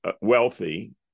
wealthy